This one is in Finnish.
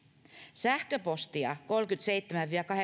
sähköpostia kolmekymmentäseitsemän